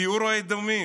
גיור האדומים,